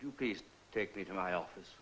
to please take me to my office